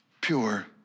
Pure